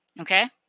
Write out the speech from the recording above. Okay